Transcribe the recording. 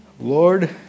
Lord